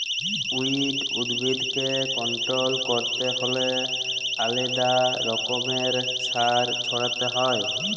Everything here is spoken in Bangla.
উইড উদ্ভিদকে কল্ট্রোল ক্যরতে হ্যলে আলেদা রকমের সার ছড়াতে হ্যয়